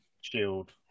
Shield